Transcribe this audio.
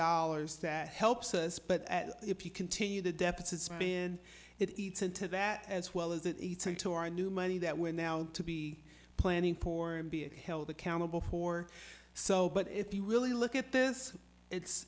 dollars that helps us but if you continue the deficit spin it eats into that as well as it eats into our new money that we're now to be planning poor and being held accountable for so but if you really look at this it's